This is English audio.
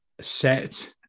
set